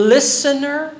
Listener